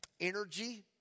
energy